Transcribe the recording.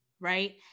right